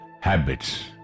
habits